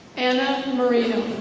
anna marino.